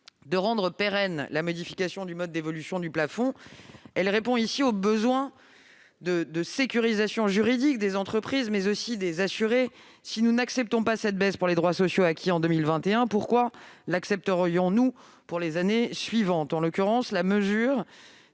de rendre pérenne la modification du mode d'évolution du plafond, elle répond ici aux besoins de sécurisation juridique des entreprises, mais aussi des assurés. Si nous n'acceptons pas cette baisse pour les droits sociaux acquis en 2021, pourquoi l'accepterions-nous pour les années suivantes ? En l'occurrence, la mesure